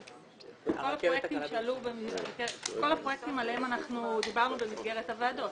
על כל הפרויקטים עליהם אנחנו דיברנו במסגרת הוועדות.